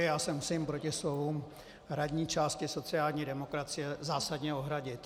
Já se musím proti slovům hradní části sociální demokracie zásadně ohradit.